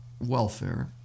welfare